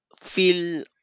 feel